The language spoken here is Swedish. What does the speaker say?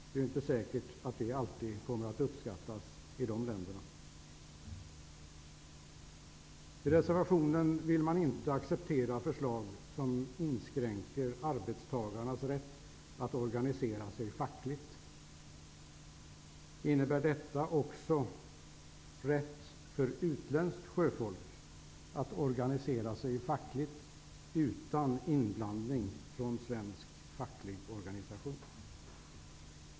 Det är inte säkert att det alltid kommer att uppskattas i de länderna. I reservationen vill man inte acceptera förslag som inskränker arbetstagarnas rätt att organisera sig fackligt. Innebär detta också rätt för utländskt sjöfolk att organisera sig fackligt utan inblandning från svensk facklig organisation?